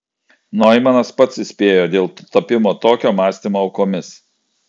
noimanas pats įspėjo dėl tapimo tokio mąstymo aukomis